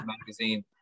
magazine